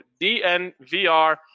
DNVR